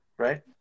Right